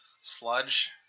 sludge